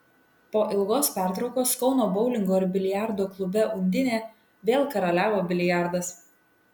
po ilgos pertraukos kauno boulingo ir biliardo klube undinė vėl karaliavo biliardas